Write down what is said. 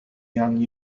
young